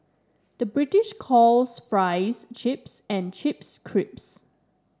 the British calls fries chips and chips crisps